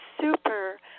super